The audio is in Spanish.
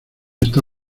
está